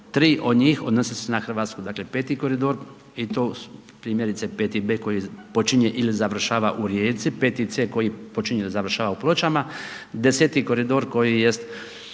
3 od njih odnosi se na RH, dakle, peti koridor i to primjerice peti B koji počinje ili završava u Rijeci, peti C koji počinje ili završava u Pločama, deseti koridor koji jest